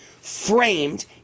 framed